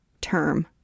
term